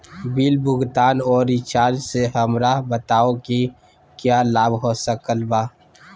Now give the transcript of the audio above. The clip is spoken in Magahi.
बिल भुगतान और रिचार्ज से हमरा बताओ कि क्या लाभ हो सकल बा?